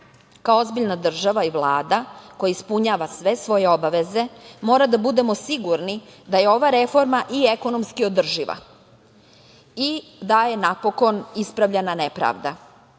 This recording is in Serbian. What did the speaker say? ozbiljna država i Vlada koja ispunjava sve svoje obaveze mora da budemo sigurni da je ova reforma i ekonomski održiva i da je napokon, ispravljena nepravda. Zato